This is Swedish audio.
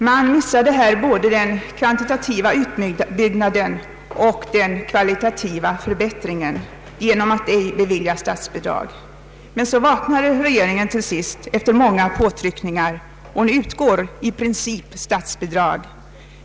De missade både den kvantitativa utbyggnaden och den kvalitativa förbättringen genom att ej bevilja statsbidrag. Så vaknade regeringen till sist efter många påtryckningar, och nu utgår i princip statsbidrag.